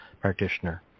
practitioner